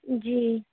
جی